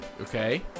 Okay